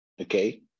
Okay